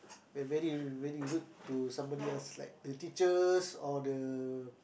will very very rude to somebody else like to teachers or the